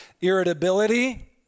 irritability